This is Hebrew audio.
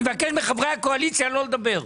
אני מבקש מחברי הקואליציה לא לדבר.